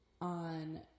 on